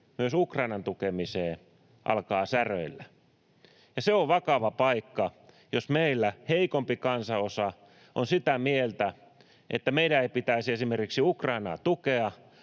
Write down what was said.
myös Ukrainan tukemiseen alkaa säröillä. Ja se on vakava paikka, jos meillä heikompi kansanosa on sitä mieltä, että meidän ei pitäisi esimerkiksi Ukrainaa tukea,